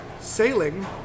sailing